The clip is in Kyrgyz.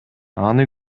аны